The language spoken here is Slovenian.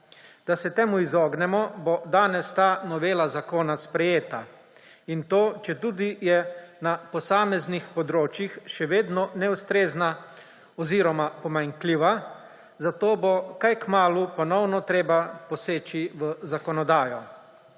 Da se temu izognemo, bo danes ta novela zakona sprejeta, četudi je na posameznih področjih še vedno neustrezna oziroma pomanjkljiva, zaradi česar bo kaj kmalu ponovno treba poseči v zakonodajo.